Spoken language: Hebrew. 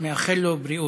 מאחל לו בריאות.